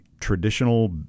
traditional